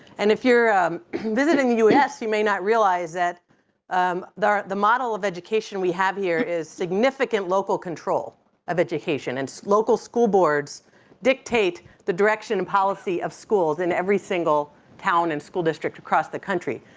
and if you're visiting the us you may not realize that um the the model of education we have here is significant local control of education. and local school boards dictate the direction and policy of schools in every single town and school district across the country.